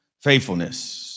Faithfulness